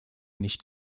nicht